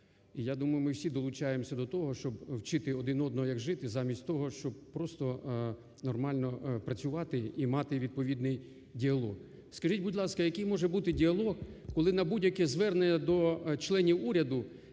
І, я думаю, ми всі долучаємося до того, щоб вчити один одного як жити замість того, щоб просто нормально працювати і мати відповідний діалог. Скажіть, будь ласка, який може бути діалог, коли на будь-яке звернення до членів уряду